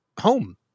home